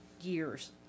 years